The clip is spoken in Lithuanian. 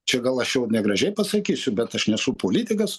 čia gal aš jau ir negražiai pasakysiu bet aš nesu politikas